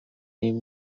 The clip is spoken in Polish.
nim